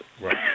Right